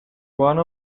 one